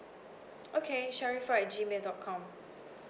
okay sharifah at gmail dot com